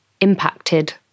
impacted